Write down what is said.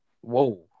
whoa